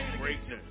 Greatness